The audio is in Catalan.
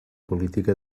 política